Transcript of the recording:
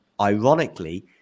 Ironically